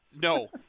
No